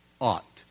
ought